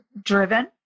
driven